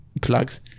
plugs